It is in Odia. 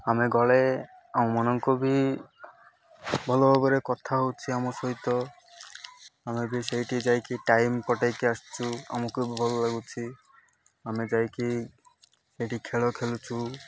ଆମେ ଗଲେ ଆମମନଙ୍କୁ ବି ଭଲ ଭାବରେ କଥା ହେଉଛି ଆମ ସହିତ ଆମେ ବି ସେଇଠି ଯାଇକି ଟାଇମ୍ କଟାଇକି ଆସିଛୁ ଆମକୁ ବି ଭଲ ଲାଗୁଛି ଆମେ ଯାଇକି ସେଇଠି ଖେଳ ଖେଳୁଛୁ